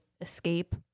escape